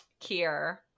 Kier